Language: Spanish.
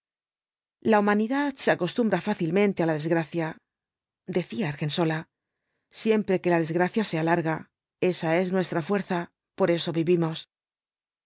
la humanidad se acostumbra fácilmente á la desgracia decía argensola siempre que la desgracia sea larga esa es nuestra fuerza por eso vivimos